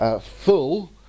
full